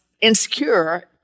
insecure